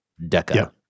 DECA